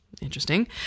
Interesting